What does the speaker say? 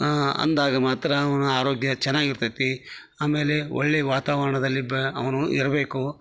ಅಂದಾಗ ಮಾತ್ರ ಅವ್ನು ಆರೋಗ್ಯ ಚೆನ್ನಾಗಿ ಇರ್ತೈತಿ ಆಮೇಲೆ ಒಳ್ಳೆಯ ವಾತಾವರಣದಲ್ಲಿ ಬ ಅವನು ಇರಬೇಕು